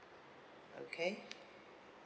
okay